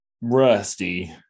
Rusty